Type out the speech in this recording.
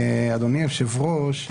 אדוני היושב-ראש,